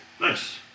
Nice